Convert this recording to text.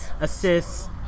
assists